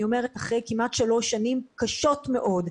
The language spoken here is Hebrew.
אומרת אחרי כמעט שלוש שנים קשות מאוד,